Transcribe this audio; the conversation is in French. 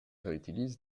réutilise